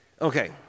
Okay